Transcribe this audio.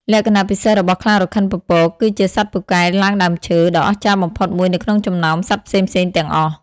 លក្ខណៈពិសេសរបស់ខ្លារខិនពពកគឺជា សត្វពូកែឡើងដើមឈើ ដ៏អស្ចារ្យបំផុតមួយនៅក្នុងចំណោមសត្វផ្សេងៗទាំងអស់។